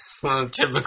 Typical